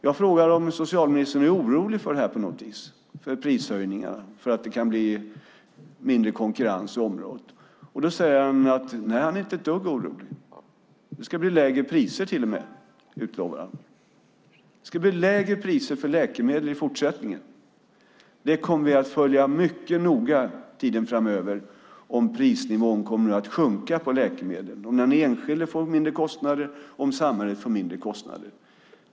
Jag frågar om socialministern är orolig för prishöjningar på något vis därför att det kan bli mindre konkurrens på området. Han säger att han inte är ett dugg orolig. Det ska bli lägre priser till och med, utlovar han. Det ska bli lägre priser på läkemedel i fortsättningen. Vi kommer att följa mycket noga tiden framöver om prisnivån kommer att sjunka på läkemedel, om den enskilde får mindre kostnader och om samhället får mindre kostnader.